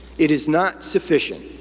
it is not sufficient.